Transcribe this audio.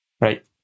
right